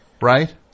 right